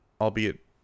albeit